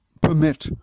permit